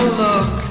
look